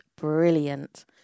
brilliant